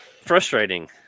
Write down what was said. Frustrating